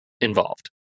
involved